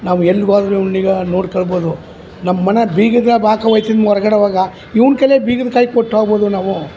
ನಾವು ಎಲ್ಗೆ ಹೋದ್ರು ಇವ್ನು ಈಗ ನೋಡ್ಕಳ್ಬೋದು ನಮ್ಮ ಮನೆ ಬೀಗದ ಬಾಕ ಹೋಗ್ತೀನ್ ಹೊರ್ಗಡೆ ಹೋಗ ಇವ್ನ ಕೈಯಿಲೆ ಬೀಗದ ಕೈ ಕೊಟ್ಟು ಹೋಗ್ಬೋದು ನಾವು